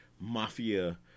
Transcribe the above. mafia